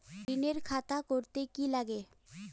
ঋণের খাতা করতে কি লাগে?